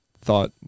thought